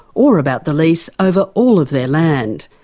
or about the lease over all of their land.